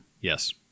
Yes